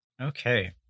Okay